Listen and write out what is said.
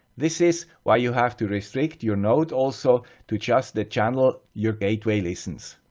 this is, why you have to restrict your node also to just the channel ah your gateway listens.